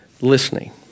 listening